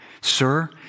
sir